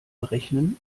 berechnen